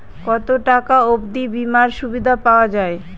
কত টাকা অবধি বিমার সুবিধা পাওয়া য়ায়?